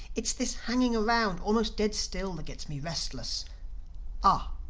it's this hanging around, almost dead still, that gets me restless ah,